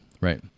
right